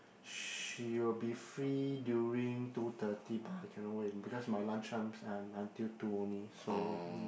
she will be free during two thirty but I cannot wait because my lunch time are until two only so mm